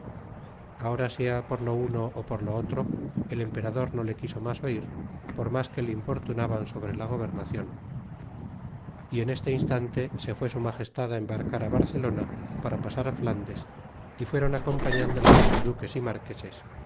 ahora sea por lo uno ó por lo otro el emperador no le quiso mas oir por mas que le importunaban sobre la gobernacion y en este instante se fué su magestad embarcar barcelona para pasar flandes y fueron acompañándole muchos duques y marqueses